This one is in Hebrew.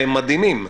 והם מדהימים.